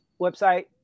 website